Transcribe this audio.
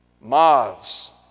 moths